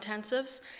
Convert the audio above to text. intensives